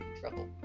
trouble